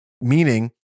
Meaning